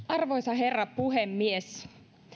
arvoisa herra puhemies